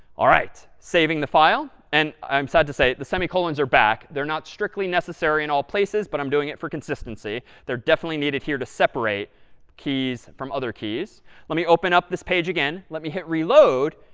all right, saving the file. and i'm sad to say the semicolons are back. they're not strictly necessary in all places, but i'm doing it for consistency. they're definitely needed here to separate keys from other keys. let me open up this page again. let me hit reload.